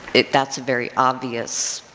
it, that's a very obvious,